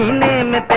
name. the